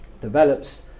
develops